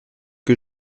que